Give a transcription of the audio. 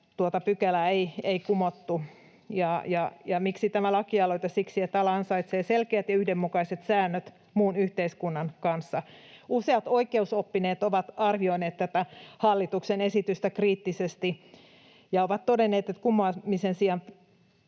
pykälää ei kumottu. Ja miksi tämä lakialoite? Siksi, että ala ansaitsee selkeät ja yhdenmukaiset säännöt muun yhteiskunnan kanssa. Useat oikeusoppineet ovat arvioineet tätä hallituksen esitystä kriittisesti ja ovat todenneet, että hallitus kumoamisen sijaan